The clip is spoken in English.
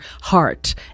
heart